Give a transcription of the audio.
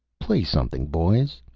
play something, boys,